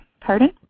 Pardon